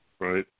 right